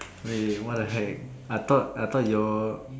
wait what the heck I thought I thought your